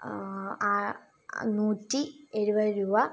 അ നൂറ്റി എഴുപത് രൂപ